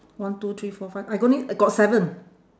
one two three four five I got only I got seven